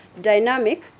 Dynamic